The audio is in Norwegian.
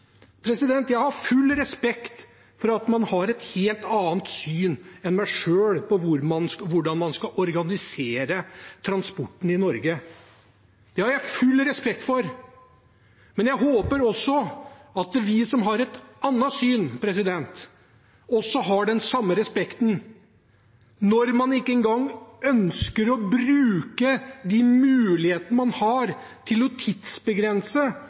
Jeg har full respekt for at man har et helt annet syn enn jeg har på hvordan man skal organisere transporten i Norge. Det har jeg full respekt for. Men jeg håper at vi som har et annet syn, også har den samme respekten når man ikke engang ønsker å bruke de mulighetene man har til å tidsbegrense